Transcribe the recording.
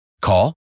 Call